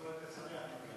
יום הולדת שמח.